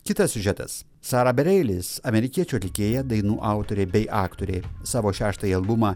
kitas siužetas sara bereilis amerikiečių atlikėja dainų autorė bei aktorė savo šeštąjį albumą